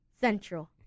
Central